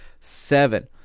seven